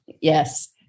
Yes